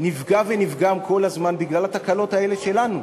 נפגע ונפגם כל הזמן בגלל התקלות האלה שלנו.